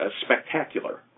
spectacular